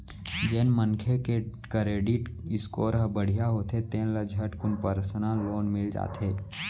जेन मनखे के करेडिट स्कोर ह बड़िहा होथे तेन ल झटकुन परसनल लोन मिल जाथे